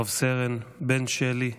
רס"ן בן שלי,